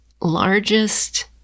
largest